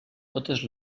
totes